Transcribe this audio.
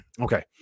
Okay